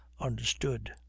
understood